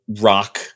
rock